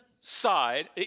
side